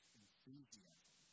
enthusiasm